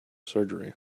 surgery